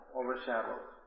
overshadowed